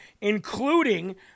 including